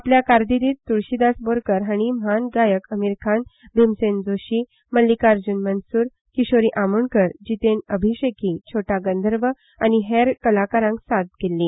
आपल्या कारकीर्दींत तुळशीदास बोरकार हाणी म्हान गायक अमिर खान भिमसेन जोशी मल्निकार्जून मनसूर कीशोरी आमोणकर जितेंद्र अभिशेकी छोटा गंधर्व आनी हेर कलाकारांक साथ केछी